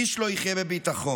איש לא יחיה בביטחון.